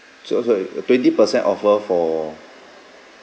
so sorry twenty percent offer for